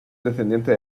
descendiente